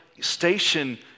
station